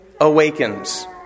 Awakens